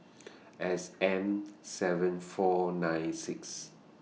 S M seven four nine six